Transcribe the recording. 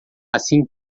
assim